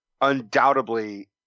undoubtedly